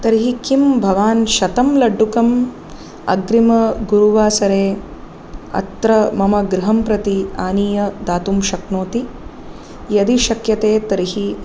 तर्हि किं भवान् शतं लड्डुकं अग्रिमगुरुवासरे अत्र मम गृहं प्रति आनीय दातुं शक्नोति यदि शक्यते तर्हि